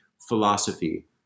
philosophy